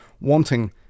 wanting